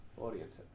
audience